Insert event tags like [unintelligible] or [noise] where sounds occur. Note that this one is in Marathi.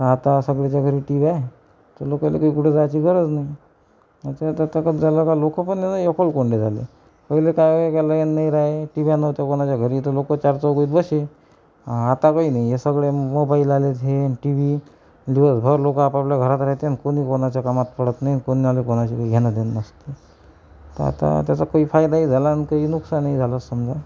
आता सगळ्याच्या घरी टी व्ह्या आहे तर लोकाईले काही कुठं जायची गरज नाही त्यात आता कसं झालं का लोक पण ना एकलकोंडे झाले पहिले काय [unintelligible] लाईन नाई राह्य टी व्ह्या नव्हत्या कोणाच्या घरी तर लोक चारचौघांत बसे आता काही नाही हे सगळे मोबाईल आलेत हे आणि टी व्ही दिवसभर लोक आपापल्या घरात राहते आणि कोणी कोणाच्या कामात पडत नाही आणि कोणाला कोणाशी काही घेणं देणं नसते तर आता त्याचा काही फायदाही झाला आणि काही नुकसानही झालं समजा